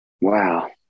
Wow